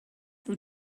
who